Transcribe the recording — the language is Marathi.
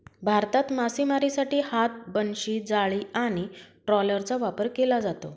भारतात मासेमारीसाठी हात, बनशी, जाळी आणि ट्रॉलरचा वापर केला जातो